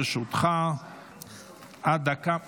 לרשותך עשר דקות,